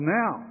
now